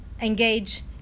engage